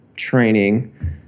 training